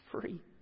free